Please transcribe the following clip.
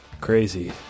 Crazy